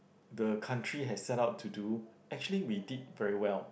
the country has set out to do actually we did very well